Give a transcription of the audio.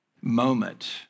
moment